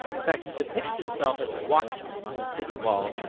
in fact, he depicts himself as a watchman on the city walls,